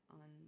on